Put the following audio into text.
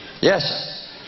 Yes